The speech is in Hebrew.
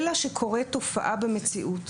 אלא שקוראת תופעת במציאות,